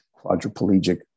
quadriplegic